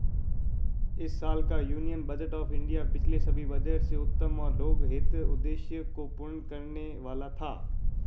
इस साल का यूनियन बजट ऑफ़ इंडिया पिछले सभी बजट से उत्तम और लोकहित उद्देश्य को पूर्ण करने वाला था